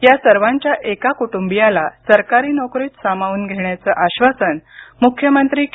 या सर्वांच्या एका कुटुंबीयाला सरकारी नोकरीत सामावून घेण्याचं आश्वासन मुख्यमंत्री के